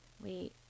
wait